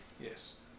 Yes